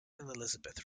elisabeth